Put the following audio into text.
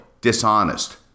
dishonest